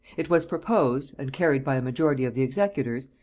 it was proposed, and carried by a majority of the executors,